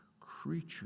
creature